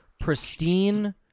pristine